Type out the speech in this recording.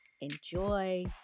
Enjoy